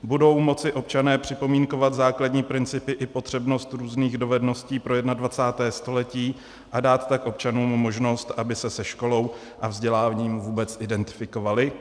Budou moci občané připomínkovat základní principy i potřebnost různých dovedností pro 21. století a dát tak občanům možnost, aby se se školou a vzděláním vůbec identifikovali?